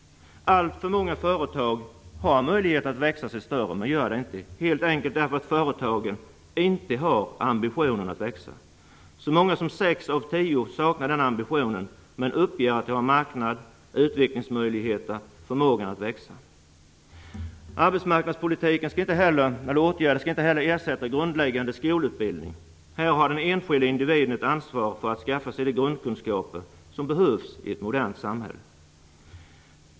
Alltför många företag har möjlighet att växa sig större men gör inte det helt enkelt därför att företagen inte har ambitionen att växa. Så många som sex av tio saknar den ambitionen men uppger att de har en marknad, utvecklingsmöjligheter och förmåga att växa. Arbetsmarknadsåtgärder skall inte heller ersätta grundläggande skolutbildning. Här har den enskilde individen ett ansvar för att skaffa sig de grundkunskaper som behövs i ett modernt samhälle.